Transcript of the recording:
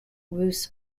roos